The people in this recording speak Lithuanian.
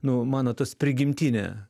nu mano tas prigimtinė